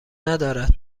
ندارد